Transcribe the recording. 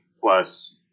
plus